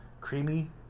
creamy